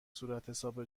صورتحساب